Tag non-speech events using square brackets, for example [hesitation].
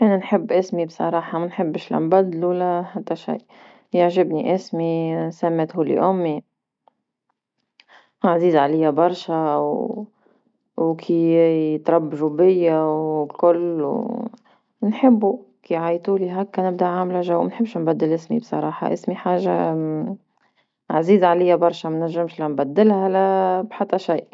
أنا نحب اسمي بصراحة منحبش لا نبدلو لا حتى شيء، يعجبني اسمي [hesitation] سماتهولي امي، عزيز عليا برشا [hesitation] وكي [hesitation] يتربجوا بيا وكل [hesitation] نحبو كي يعيطولي هاكا نبدا عاملة جو ما نحبش نبدل اسمي صراحة، اسمي حاجة [hesitation] عزيزة عليا برشا ما نجمش لا نبدلها لا بحتى شيء.